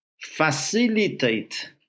facilitate